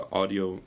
audio